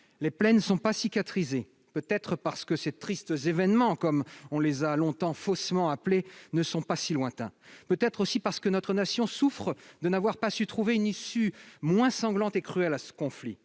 Les plaies ne sont pas cicatrisées, peut-être parce que ces « tristes événements », comme on les a longtemps faussement appelés, ne sont pas si lointains ; peut-être aussi parce que notre nation souffre de n'avoir pas su trouver une issue moins sanglante et cruelle à ce conflit.